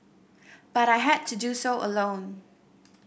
but I had to do so alone